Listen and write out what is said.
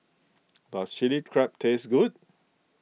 does Chilli Crab taste good